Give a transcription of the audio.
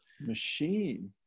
machine